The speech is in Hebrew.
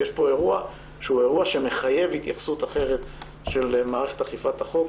יש פה אירוע שמחייב התייחסות אחרת של מערכת אכיפת החוק.